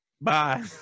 Bye